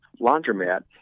laundromat